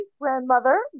grandmother